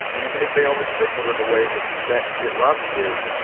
even if they only signaled in a way that mitt mitt romney did.